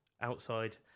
outside